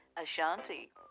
Ashanti